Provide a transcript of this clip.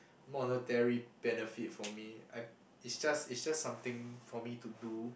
monetary benefit for me I it's just it's just something for me to do